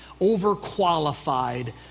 overqualified